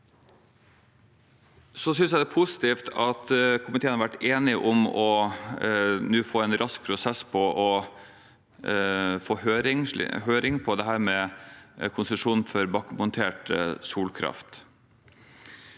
Jeg synes det er positivt at komiteen har vært enige om nå å ha en rask prosess for å få på høring dette med konsesjon for bakkemontert solkraft.